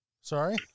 Sorry